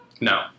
No